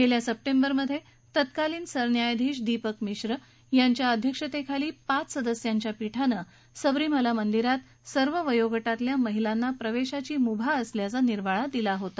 गेल्या सप्टेंबरमध्ये तत्कालीन सरन्यायाधीश दीपक मिश्र यांच्या अध्यक्षतेखाली पाच सदस्यांच्या पीठानं सबरीमाला मंदिरात सर्व वयोगटातल्या महिलांना प्रवेशाची मुभा असल्याचा निर्वाळा दिला होता